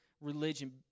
religion